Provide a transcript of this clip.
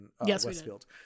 Westfield